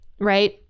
right